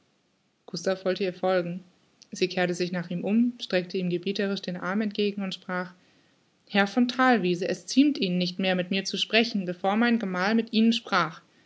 gustav wollte ihr folgen sie kehrte sich nach ihm um streckte ihm gebieterisch den arm entgegen und sprach herr von thalwiese es ziemt ihnen nicht mehr mit mir zu sprechen bevor mein gemal mit ihnen sprach